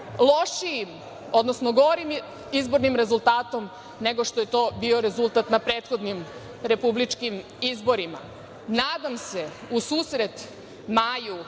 lošijim, odnosno gorim izbornim rezultatom nego što je to bio rezultat na prethodnim republičkim izborima. Nadam se u susret maju